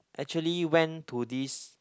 actually went to this